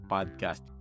Podcast